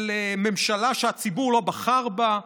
על ממשלה שהציבור לא בחר בה.